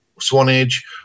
Swanage